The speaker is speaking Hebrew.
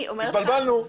התבלבלנו.